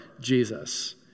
Jesus